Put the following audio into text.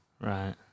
Right